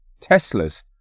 Teslas